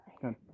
Good